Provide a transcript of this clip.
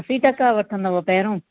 असी टका वठंदव पहिरियों